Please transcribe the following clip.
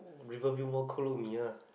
Riverview Mall Kolo-Mee ah